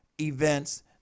events